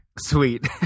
Sweet